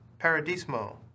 Paradismo